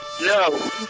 No